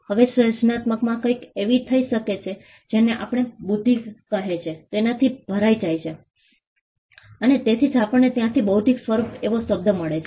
હવે સર્જનાત્મકતા કંઈક એવી થઈ શકે છે જેને આપણે બુદ્ધિ કહે છે તેનાથી ભરાઇ જાય છે અને તેથી જ આપણને ત્યાંથી બૌદ્ધિક સવરૂપ એવો શબ્દ મળે છે